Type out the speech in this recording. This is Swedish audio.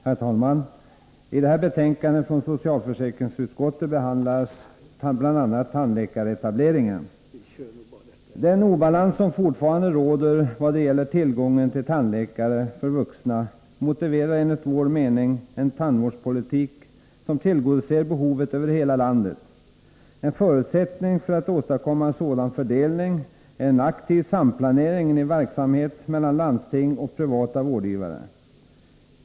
Herr talman! I det här betänkandet från socialförsäkringsutskottet behandlas bl.a. tandläkaretableringen. Den obalans som fortfarande råder vad gäller tillgången till tandläkare för vuxna motiverar enligt vår mening en tandvårdspolitik som tillgodoser behovet över hela landet. En förutsättning för att man skall åstadkomma en sådan fördelning är en aktiv samplanering i verksamhet mellan landsting och privata vårdgivare.